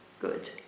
good